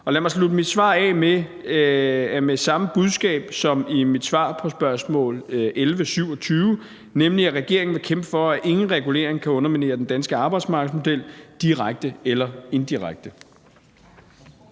Lad mig slutte mit svar af med samme budskab som i mit svar på spm. nr. S 1127, nemlig at regeringen vil kæmpe for, at ingen regulering kan underminere den danske arbejdsmarkedsmodel direkte eller indirekte.